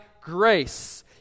grace